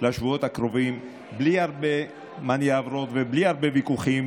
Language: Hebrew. לשבועות הקרובים בלי הרבה מניירות ובלי הרבה ויכוחים.